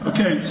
Okay